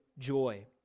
joy